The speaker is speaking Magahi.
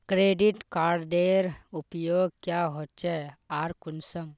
क्रेडिट कार्डेर उपयोग क्याँ होचे आर कुंसम?